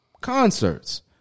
concerts